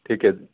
ਠੀਕ ਹੈ ਜੀ